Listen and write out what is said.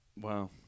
Wow